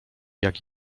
jak